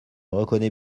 reconnais